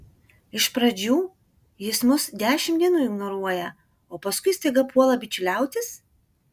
iš pradžių jis mus dešimt dienų ignoruoja o paskui staiga puola bičiuliautis